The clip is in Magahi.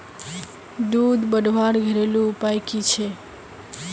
दूध बढ़वार घरेलू उपाय की छे?